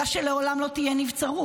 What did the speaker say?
אלא שלעולם לא תהיה נבצרות.